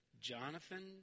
Jonathan